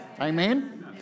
Amen